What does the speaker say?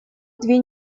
две